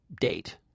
date